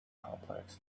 complex